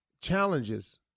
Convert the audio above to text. Challenges